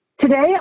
Today